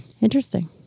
Interesting